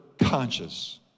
conscious